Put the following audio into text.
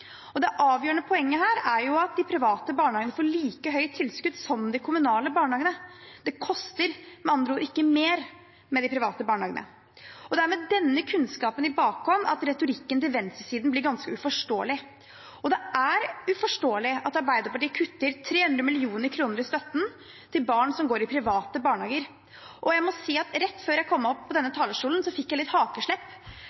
barna. Det avgjørende poenget her er at de private barnehagene får like høyt tilskudd som de kommunale barnehagene. Det koster med andre ord ikke mer med de private barnehagene. Og det er med denne kunnskapen i bakhånd at retorikken til venstresiden blir ganske uforståelig. Det er også uforståelig at Arbeiderpartiet kutter 300 mill. kr i støtte til barn som går i private barnehager. Jeg må si at rett før jeg kom opp på